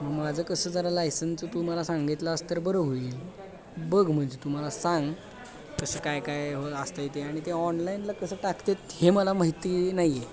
माझं कसं जरा लायसनचं तू मला सांगितलंस तर बरं होईल बघ म्हणजे तू मला सांग तसं काय काय हो असतं आहे ते आणि ते ऑनलाईनला कसं टाकतात हे मला माहिती नाही आहे